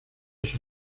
sus